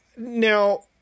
Now